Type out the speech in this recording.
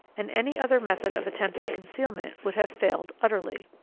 and any other method of attempted concealment would have failed utterly.